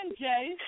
Jay